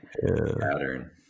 pattern